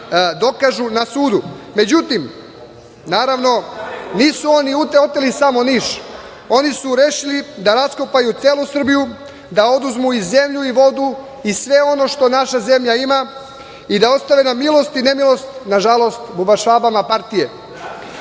dokažu na sudu.Međutim, nisu oni oteli samo Niš, oni su rešili da raskopaju celu Srbiju, da oduzmu i vodu i zemlju i sve ono što naša zemlja ima i da ostane na milost i nemilost, na žalost bubašvabama partije. Ni